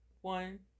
One